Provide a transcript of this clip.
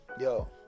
Yo